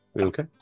Okay